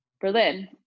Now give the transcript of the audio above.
Berlin